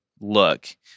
look